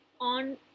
on